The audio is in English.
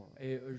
Et